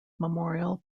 memorial